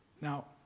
Now